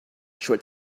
short